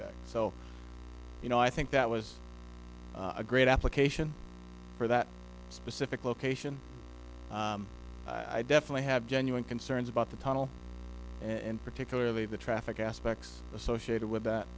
so you know i think that was a great application for that specific location i definitely have genuine concerns about the tunnel and particularly the traffic aspects associated with that